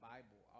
Bible